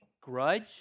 grudge